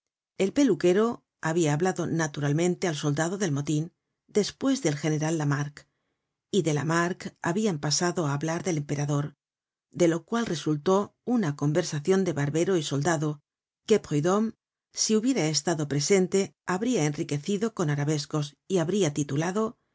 el peluquero habia hablado naturalmente al soldado del motin despues del general lamarque y de lamarque habian pasado á hablar del emperador de lo cual resultó una conversacion de barbero y soldado que prudhomme si hubiera estado presente habria enriquecido con arabescos y habria titulado